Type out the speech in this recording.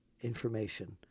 information